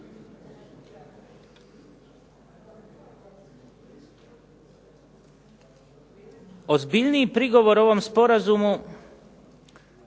Ozbiljniji prigovor ovome sporazumu